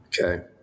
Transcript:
Okay